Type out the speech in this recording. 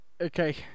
Okay